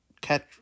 catch